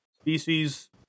species